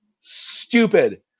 Stupid